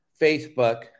Facebook